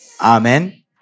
Amen